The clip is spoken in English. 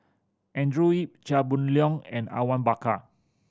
Andrew Yip Chia Boon Leong and Awang Bakar